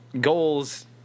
goals